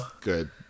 good